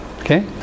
Okay